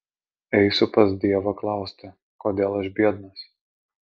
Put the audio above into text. eisiu pas dievą klausti kodėl aš biednas